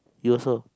you also